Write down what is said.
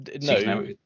no